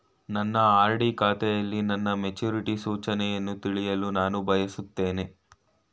ನನ್ನ ಆರ್.ಡಿ ಖಾತೆಯಲ್ಲಿ ನನ್ನ ಮೆಚುರಿಟಿ ಸೂಚನೆಯನ್ನು ತಿಳಿಯಲು ನಾನು ಬಯಸುತ್ತೇನೆ